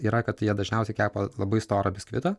yra kad jie dažniausiai kepa labai storą biskvitą